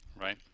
Right